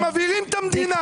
הם מבעירים את המדינה.